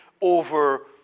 over